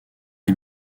est